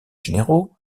généraux